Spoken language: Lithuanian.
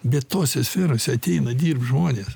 bet tose sferose ateina dirbt žmonės